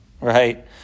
right